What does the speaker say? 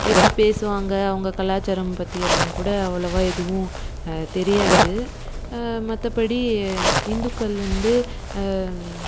எப்படி பேசுவாங்க அவங்க கலாச்சாரம் பற்றி எல்லாம் கூட அவ்ளோவாக எதுவும் தெரியாது மற்றபடி இந்துக்கள் வந்து